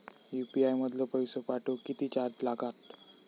UPI मधलो पैसो पाठवुक किती चार्ज लागात?